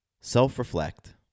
self-reflect